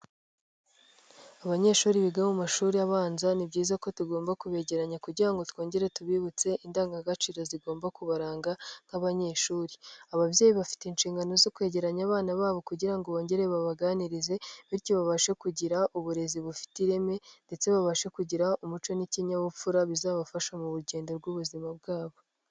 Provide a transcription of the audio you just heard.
Abanyeshuri biga mu mashuri abanza, ni byiza ko tugomba kubegeranya kugira ngo twongere tubibutse indangagaciro zigomba kubaranga nk'abanyeshuri. Ababyeyi bafite inshingano zo kwegeranya abana babo kugira ngo bongere babaganirize bityo babashe kugira uburezi bufite ireme ndetse babashe kugira umuco n'ikinyabupfura bizabafasha mu bugendo rw'ubuzima bwabo.